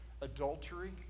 adultery